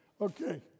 Okay